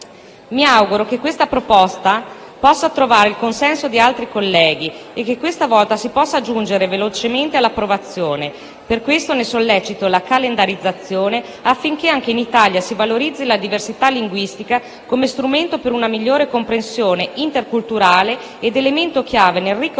Mi auguro che questa proposta possa trovare il consenso di altri colleghi e che questa volta si possa giungere velocemente all'approvazione. Per questo ne sollecito la calendarizzazione, affinché anche in Italia si valorizzi la diversità linguistica come strumento per una migliore comprensione interculturale ed elemento chiave nel ricco